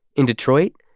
in detroit,